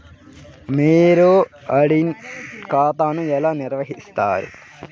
మీరు ఆడిట్ ఖాతాను ఎలా నిర్వహిస్తారు?